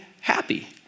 happy